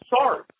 sorry